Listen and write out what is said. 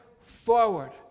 forward